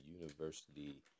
University